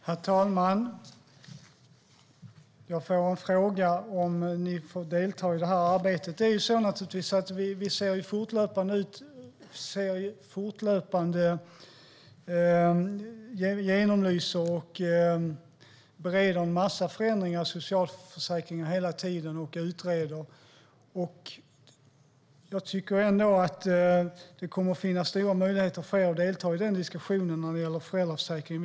Herr talman! Jag fick frågan om ni får delta i det här arbetet. Det är naturligtvis så att vi fortlöpande genomlyser, bereder och utreder en massa förändringar i socialförsäkringarna. Det kommer att finnas stora möjligheter för er att delta i diskussionen om föräldraförsäkringen.